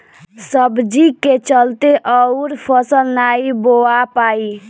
सब्जी के चलते अउर फसल नाइ बोवा पाई